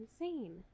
insane